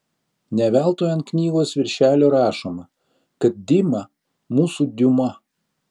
ne veltui ant knygos virželio rašoma kad dima mūsų diuma